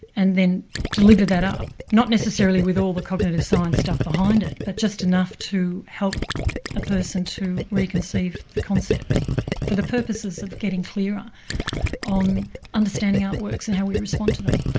and then deliver that up, not necessarily with all the cognitive science stuff behind it, but just enough to help a person to reconceive the concept for the purposes of getting clearer on understanding artworks and how we respond to them.